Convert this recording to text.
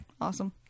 Awesome